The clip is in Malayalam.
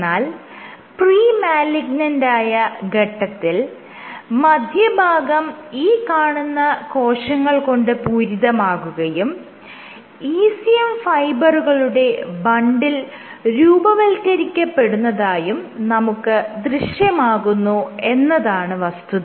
എന്നാൽ പ്രീ മാലിഗ്നന്റായ ഘട്ടത്തിൽ മധ്യഭാഗം ഈ കാണുന്ന കോശങ്ങൾ കൊണ്ട് പൂരിതമാകുകയും ECM ഫൈബറുകളുടെ ബണ്ടിൽ രൂപവൽക്കരിക്കപ്പെടുന്നതായും നമുക്ക് ദൃശ്യമാകുന്നു എന്നതാണ് വസ്തുത